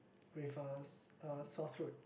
with a s~ a sore throat